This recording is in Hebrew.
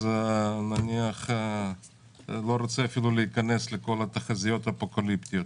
אני לא רוצה להיכנס לכל התחזיות האפוקליפטיות,